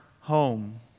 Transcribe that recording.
home